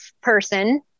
person